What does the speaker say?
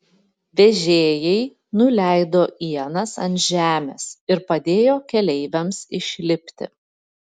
vežėjai nuleido ienas ant žemės ir padėjo keleiviams išlipti